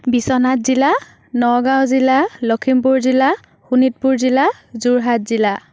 বিশ্বনাথ জিলা নগাঁও জিলা লক্ষীমপুৰ জিলা শোণিতপুৰ জিলা যোৰহাট জিলা